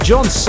John